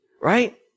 right